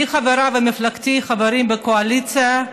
אני ומפלגתי חברים, בקואליציה,